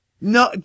No